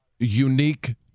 unique